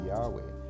Yahweh